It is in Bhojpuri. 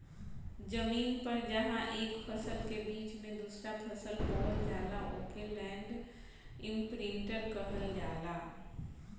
जमीन पर जहां एक फसल के बीच में दूसरा फसल बोवल जाला ओके लैंड इमप्रिन्टर कहल जाला